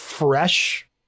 Fresh